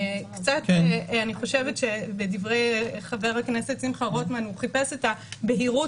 אני חושבת שבדברי חבר הכנסת שמחה רוטמן הוא חיפש את בהירות,